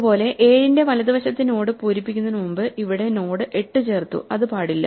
അതുപോലെ 7ന്റെ വലതു വശത്തെ നോഡ് പൂരിപ്പിക്കുന്നതിനു മുമ്പ് ഇവിടെ നോഡ് 8 ചേർത്തു അത് പാടില്ല